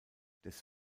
des